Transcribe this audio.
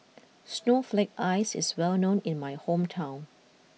Snowflake Ice is well known in my hometown